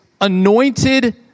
anointed